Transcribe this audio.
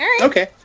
Okay